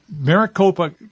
Maricopa